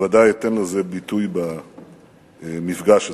בוודאי אתן לזה ביטוי במפגש הזה.